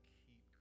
keep